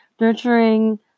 nurturing